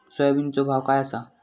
सोयाबीनचो भाव काय आसा?